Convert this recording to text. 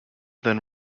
then